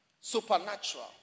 supernatural